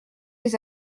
les